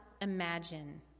imagine